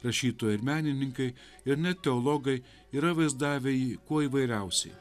rašytojai ir menininkai ir net teologai yra vaizdavę jį kuo įvairiausiai